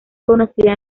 conocida